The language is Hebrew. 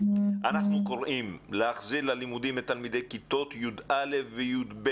אנחנו קוראים להחזיר ללימודים את תלמידי כיתות י"א ו-י"ב.